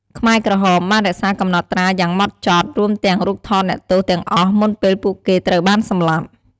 ខ្មែរក្រហមបានរក្សាកំណត់ត្រាយ៉ាងហ្មត់ចត់ រួមទាំងរូបថតអ្នកទោសទាំងអស់មុនពេលពួកគេត្រូវបានសម្លាប់។